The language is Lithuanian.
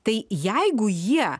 tai jeigu jie